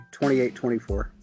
28-24